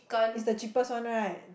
is the cheapest one right